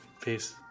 Peace